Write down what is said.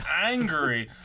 angry